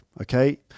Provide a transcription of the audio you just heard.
okay